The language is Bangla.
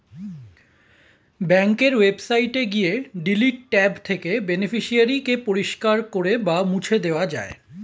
ব্যাঙ্কের ওয়েবসাইটে গিয়ে ডিলিট ট্যাব থেকে বেনিফিশিয়ারি কে পরিষ্কার করে বা মুছে দেওয়া যায়